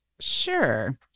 Sure